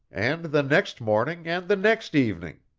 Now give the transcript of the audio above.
and the next morning and the next evening.